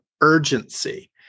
urgency